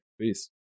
Peace